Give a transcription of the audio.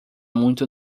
muito